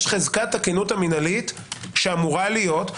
יש חזקת הכנות המינהלית שאמורה להיות,